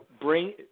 bring